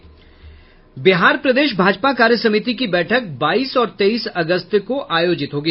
बिहार प्रदेश भाजपा कार्यसमिति की बैठक बाईस और तेईस अगस्त को आयोजित होगी